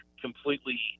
completely